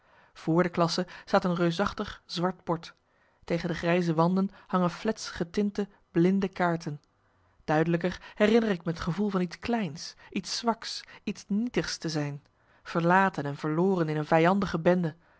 vr de klasse staat een reusachtig zwart bord tegen de grijze wanden hangen flets getinte blinde kaarten duidelijker herinner ik me het gevoel van iets kleins iets marcellus emants een nagelaten bekentenis zwaks iets nietigs te zijn verlaten en verloren in een vijandige bende